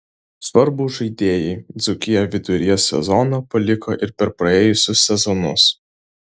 svarbūs žaidėjai dzūkiją viduryje sezono paliko ir per praėjusius sezonus